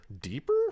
Deeper